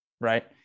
right